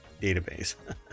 database